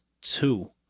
two